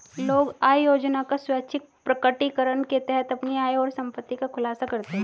लोग आय योजना का स्वैच्छिक प्रकटीकरण के तहत अपनी आय और संपत्ति का खुलासा करते है